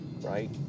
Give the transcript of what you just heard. right